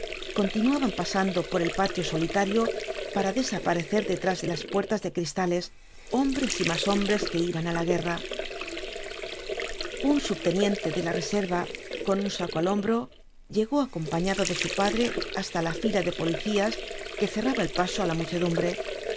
continuaban pasando por el patio solitario para desaparecer detrás de las puertas de cristales hombres y más hombres que iban á la guerra un subteniente de la reserva con un saco al hombro llegó acompañado de su padre hasta la fila de policías que cerraba el paso á la muchedumbre